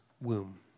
womb